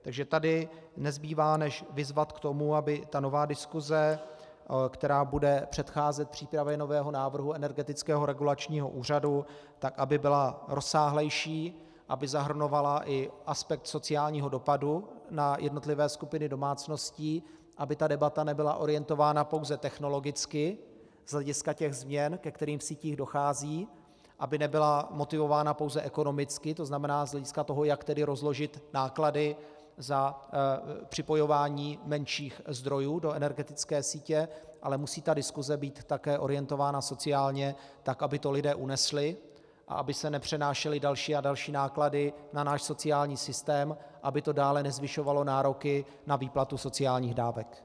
Takže tady nezbývá než vyzvat k tomu, aby nová diskuse, která bude předcházet přípravě nového návrhu Energetického regulačního úřadu, byla rozsáhlejší, aby zahrnovala i aspekt sociálního dopadu na jednotlivé skupiny domácností, aby ta debata nebyla orientována pouze technologicky z hlediska změn, ke kterým v sítích dochází, aby nebyla motivována pouze ekonomicky, to znamená z hlediska toho, jak tedy rozložit náklady za připojování menších zdrojů do energetické sítě, ale musí ta diskuse také být orientována sociálně tak, aby to lidé unesli a aby se nepřenášely další a další náklady na náš sociální systém, aby to dále nezvyšovalo nároky na výplatu sociálních dávek.